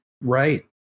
Right